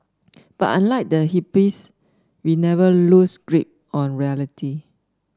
but unlike the hippies we never lose grip on reality